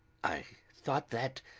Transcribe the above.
i thought that,